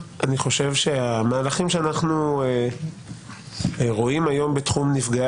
אני חושב שהמהלכים שאנחנו רואים היום בתחום נפגעי